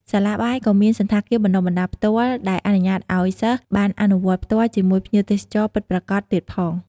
សាលាបាយក៏មានសណ្ឋាគារបណ្តុះបណ្តាលផ្ទាល់ ដែលអនុញ្ញាតឱ្យសិស្សបានអនុវត្តផ្ទាល់ជាមួយភ្ញៀវទេសចរណ៍ពិតប្រាកដទៀតផង។